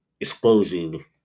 exposing